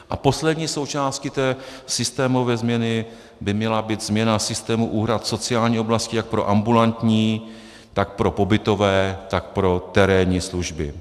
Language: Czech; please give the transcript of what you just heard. A poslední součástí té systémové změny by měla být změna systému úhrad v sociální oblasti jak pro ambulantní, tak pro pobytové, tak pro terénní služby.